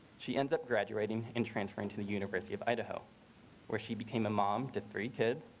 she ends up graduating and transferring to the university of idaho where she became a mom to three kids,